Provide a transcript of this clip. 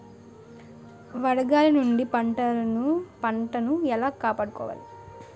వడగాలి నుండి పంటను ఏలా కాపాడుకోవడం?